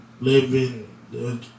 living